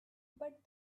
but